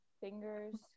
fingers